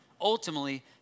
ultimately